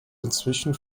inzwischen